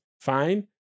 fine